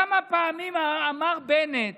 כמה פעמים אמר בנט